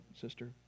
sister